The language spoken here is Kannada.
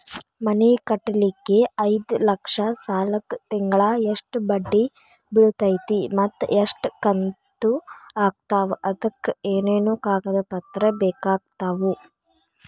ಮನಿ ಕಟ್ಟಲಿಕ್ಕೆ ಐದ ಲಕ್ಷ ಸಾಲಕ್ಕ ತಿಂಗಳಾ ಎಷ್ಟ ಬಡ್ಡಿ ಬಿಳ್ತೈತಿ ಮತ್ತ ಎಷ್ಟ ಕಂತು ಆಗ್ತಾವ್ ಅದಕ ಏನೇನು ಕಾಗದ ಪತ್ರ ಬೇಕಾಗ್ತವು?